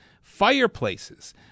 fireplaces